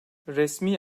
resmi